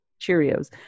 Cheerios